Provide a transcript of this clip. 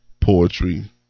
poetry